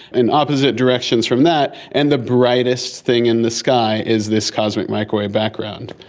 in opposite directions from that, and the brightest thing in the sky is this cosmic microwave background.